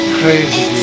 crazy